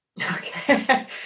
Okay